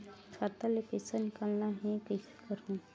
खाता ले पईसा निकालना हे, कइसे करहूं?